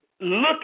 Look